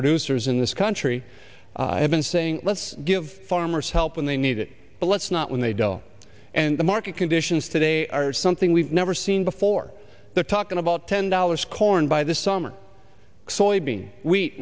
producers in this country have been saying let's give farmers help when they need it but let's not when they don't and the market conditions today are something we've never seen before they're talking about ten dollars corn by this summer